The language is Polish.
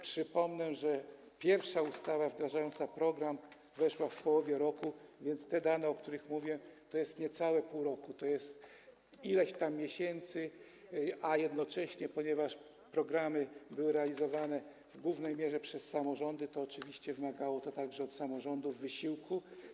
Przypomnę, że pierwsza ustawa wdrażająca program weszła w życie w połowie roku, więc te dane, o których mówię, obejmują niecałe pół roku, to jest ileś tam miesięcy, a jednocześnie ponieważ programy były realizowane w głównej mierze przez samorządy, to oczywiście wymagało to także od samorządów wysiłku.